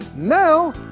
now